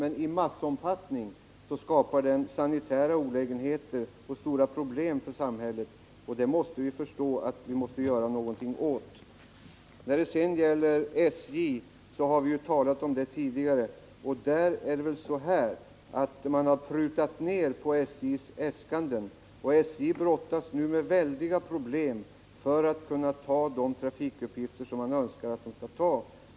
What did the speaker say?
Men i massomfattning skapar den sanitära olägenheter och stora problem för samhället, och det måste vi göra någonting åt. När det gäller SJ har vi ju talat om problemen tidigare. Man har prutat ned på SJ:s äskanden, och SJ brottas nu med väldiga problem för att kunna åta sig de trafikuppgifter som vi önskar att SJ skall fullgöra.